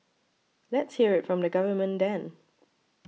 let's hear it from the government then